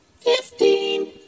Fifteen